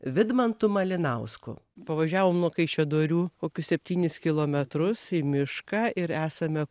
vidmantu malinausku pavažiavom nuo kaišiadorių kokius septynis kilometrus į mišką ir esame